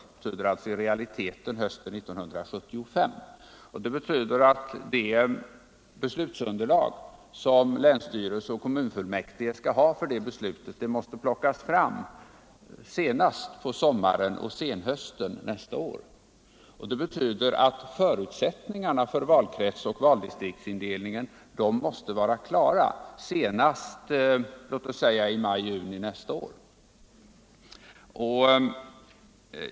Det betyder alltså i detta fall hösten 1975. Det innebär vidare att det beslutsunderlag som länsstyrelser och kommunalfullmäktige skall ha för beslutet måste plockas fram senast på sommaren och senhösten nästa år. Förutsättningarna för valkretsoch valdistriktsindelningen måste därför vara klara låt oss säga senast i maj-juni nästa år.